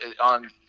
on